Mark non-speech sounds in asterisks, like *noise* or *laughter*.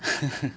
*laughs*